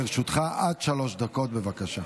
לרשותך עד שלוש דקות, בבקשה.